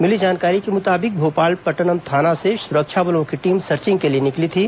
मिली जानकारी के मुताबिक भोपालपट्नम थाना से सुरक्षा बलों की टीम सर्चिंग के लिए निकली थी